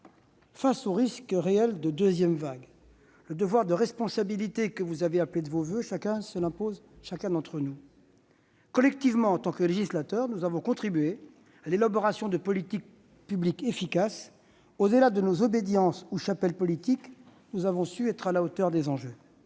Face au risque réel de deuxième vague, le devoir de responsabilité que vous avez appelé de vos voeux s'impose à chacun d'entre nous. Collectivement, en tant que législateur, nous avons contribué à l'élaboration de politiques publiques efficaces. Au-delà de nos obédiences ou chapelles politiques, nous avons su être à la hauteur des enjeux.